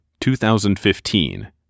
2015